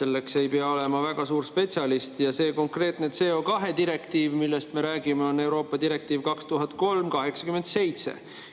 selleks ei pea olema väga suur spetsialist. See konkreetne CO2direktiiv, millest me räägime, on Euroopa direktiiv 2003/87,